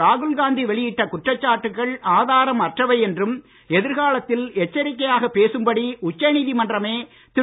ராகுல் காந்தி வெளியிட்ட குற்றச்சாட்டுகள் ஆதாரம் அற்றவை என்றும் எதிர் காலத்தில் எச்சரிக்கையாக பேசும்படி உச்ச நீதிமன்றமே திரு